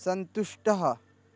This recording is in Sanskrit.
सन्तुष्टः